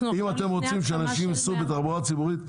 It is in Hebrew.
אם אתם רוצים שאנשים ייסעו בתחבורה ציבורית,